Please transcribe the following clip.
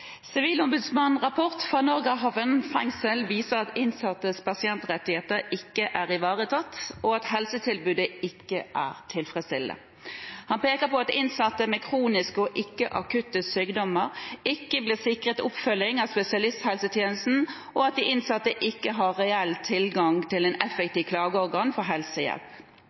rapport fra Norgerhaven fengsel viser at innsattes pasientrettigheter ikke er ivaretatt, og at helsetilbudet ikke er tilfredsstillende. Han peker på at innsatte med kroniske og ikke-akutte sykdommer ikke blir sikret oppfølging av spesialisthelsetjenesten, og at de innsatte ikke har reell tilgang til en effektiv klageordning for helsehjelp.